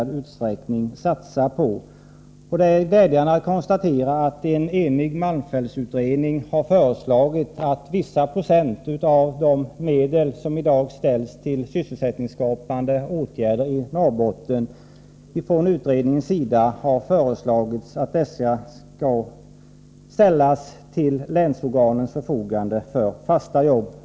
Det är glädjande att konstatera att en enig malmfältsutredning har föreslagit att vissa procent av de medel som i dag avsätts till sysselsättningsskapande åtgärder i Norrbotten skall ställas till länsorganens förfogande för fasta arbeten. Herr talman!